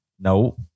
no